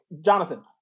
Jonathan